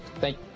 Thank